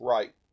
Right